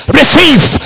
receive